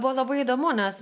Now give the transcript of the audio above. buvo labai įdomu nes